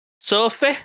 Sophie